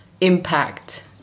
impact